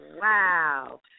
Wow